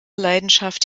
leidenschaft